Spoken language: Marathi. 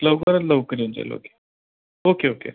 लवकरात लवकर येऊन जाईल ओके ओके ओके